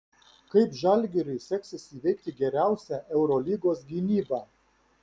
kaip žalgiriui seksis įveikti geriausią eurolygos gynybą